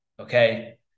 Okay